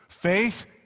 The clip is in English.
Faith